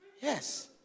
Yes